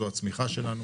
זאת הצמיחה שלנו.